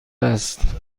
است